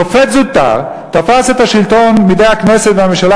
שופט זוטר תפס את השלטון מידי הכנסת והממשלה